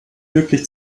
wirklich